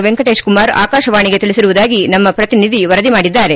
ವೆಂಕಟೀಶ್ಕುಮಾರ್ ಆಕಾಶವಾಣಿಗೆ ತಿಳಿಸಿರುವುದಾಗಿ ನಮ್ಮ ಪ್ರತಿನಿಧಿ ವರದಿ ಮಾಡಿದ್ದಾರೆ